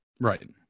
right